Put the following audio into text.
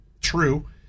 true